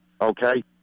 okay